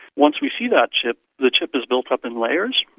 once we see that chip, the chip is built up in layers,